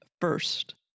first